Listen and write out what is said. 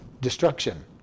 destruction